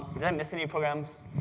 did i miss any programs?